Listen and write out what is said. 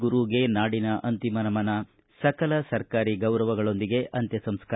ಗುರುಗೆ ನಾಡಿನ ಅಂತಿಮ ನಮನ ಸಕಲ ಸರ್ಕಾರಿ ಗೌರವಗಳೊಂದಿಗೆ ಅಂತ್ಯ ಸಂಸ್ಕಾರ